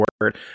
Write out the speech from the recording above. word